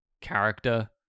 character